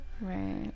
Right